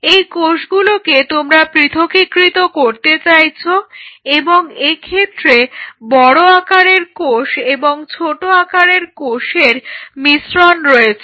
এই কোষগুলোকে তোমরা পৃথকীকৃত করতে চাইছ এবং এক্ষেত্রে বড় আকারের কোষ এবং ছোট আকারের কোষের মিশ্রন রয়েছে